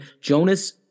Jonas